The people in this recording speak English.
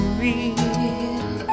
real